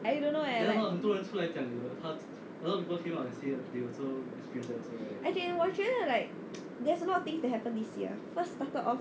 I don't know eh like as in 我觉得 like there's a lot of things that happened this year first started off